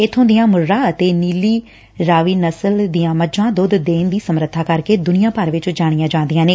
ਇਬੋਂ ਦੀਆਂ ਮੁੱਰਾ ਅਤੇ ਨੀਲੀ ਰਾਣੀ ਨਸਲ ਦੀਆਂ ਮੱਝਾਂ ਦੁੱਧ ਦੇਣ ਦੀ ਸਮੱਰਬਾ ਕਰਕੇ ਦੁਨੀਆਂ ਭਰ ਵਿਚ ਜਾਣੀਆਂ ਜਾਂਦੀਆਂ ਨੇ